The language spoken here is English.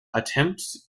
attempt